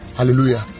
hallelujah